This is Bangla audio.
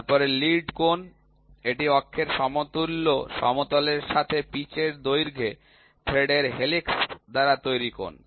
তারপরে লিড কোণ এটি অক্ষের সমতুল্য সমতলের সাথে পিচের দৈর্ঘ্যে থ্রেডের হেলিক্স দ্বারা তৈরি কোণ